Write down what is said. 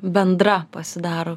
bendra pasidaro